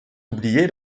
oublié